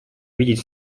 видеть